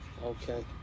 Okay